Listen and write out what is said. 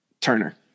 Turner